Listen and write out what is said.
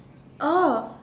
oh